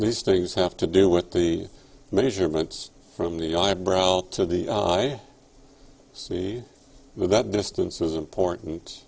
these things have to do with the measurements from the eyebrow to the i see that distance is important